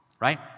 right